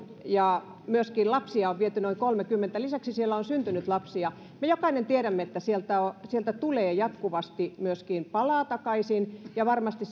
ja myöskin lapsia on viety noin kolmanneksikymmenenneksi lisäksi siellä on syntynyt lapsia me jokainen tiedämme että sieltä tulee jatkuvasti myöskin palaa takaisin ja varmasti